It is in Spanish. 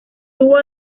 tuvo